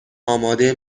آماده